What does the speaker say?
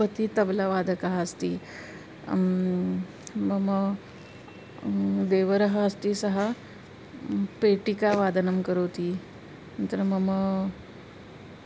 पतिः तब्लावादकः अस्ति मम देवरः अस्ति सः पेटिकावादनं करोति अन्तरं मम